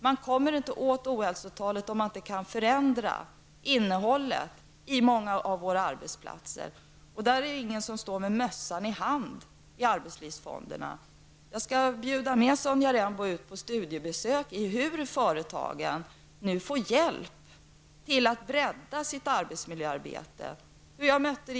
Man kommer inte åt ohälsotalet om man inte kan förändra innehållet i många av våra arbetsplatser. Det är ju ingen som står med mössan i hand i arbetslivsfonderna. Jag skall bjuda med Sonja Rembo på ett studiebesök för att visa hur företagen nu får hjälp för att bredda sitt arbetsmiljöarbete.